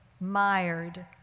mired